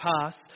pass